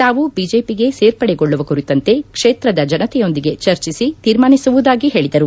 ತಾವು ಬಿಜೆಪಿಗೆ ಸೇರ್ಪಡೆಗೊಳ್ಳುವ ಕುರಿತಂತೆ ಕ್ಷೇತ್ರದ ಜನತೆಯೊಂದಿಗೆ ಚರ್ಚಿಸಿ ತೀರ್ಮಾನಿಸುವುದಾಗಿ ಹೇಳಿದರು